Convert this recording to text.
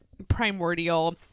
Primordial